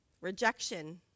Rejection